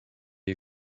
you